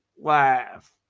laugh